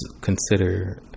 consider